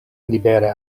libere